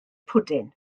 pwdin